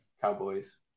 Cowboys